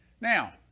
Now